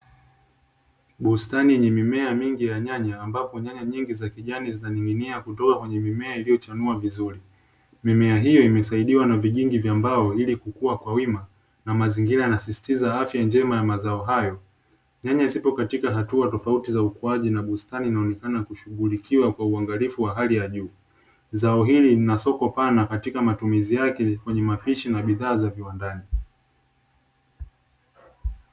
Bustani yenye mimea mingi ya nyanya ambapo nyanya nyingi za kijani zinaning'inia kutoka kwenye mimea, iliyochanua vizuri, mimea hiyo imesaidiwa na vijingi vya mbao, ili kukua kwa wima na mazingira yanasisitiza afya njema ya mazao hayo nyanya zipo katika hatua tofauti za ukuaji na bustani inayoonekana kushughulikiwa kwa uangalifu wa hali ya juu ,zao hili lina soko pana katika matumizi yake kwenye mapishi na bidhaa za viwandani.